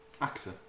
actor